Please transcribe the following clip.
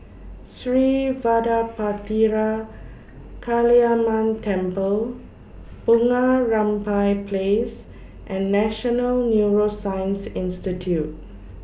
Sri Vadapathira Kaliamman Temple Bunga Rampai Place and National Neuroscience Institute